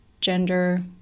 gender